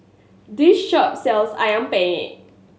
this shop sells Ayam Penyet